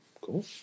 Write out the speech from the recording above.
Cool